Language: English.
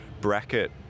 bracket